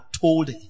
told